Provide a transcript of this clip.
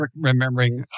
remembering